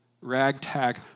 ragtag